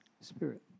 Spirit